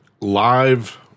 live